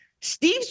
Steve